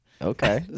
Okay